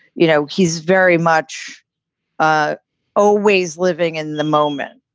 you know, he's very much ah always living in the moment,